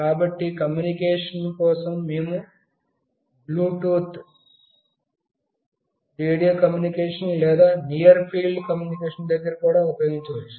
కాబట్టి కమ్యూనికేషన్ కోసం మేము బ్లూటూత్ రేడియో కమ్యూనికేషన్ లేదా నియర్ ఫీల్డ్ కమ్యూనికేషన్ ను కూడా ఉపయోగించవచ్చు